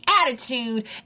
attitude